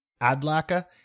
Adlaka